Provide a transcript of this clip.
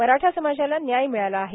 मराठा समाजाला न्याय मिळाला आहे